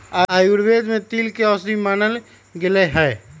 आयुर्वेद में तिल के औषधि मानल गैले है